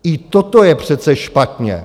I toto je přece špatně.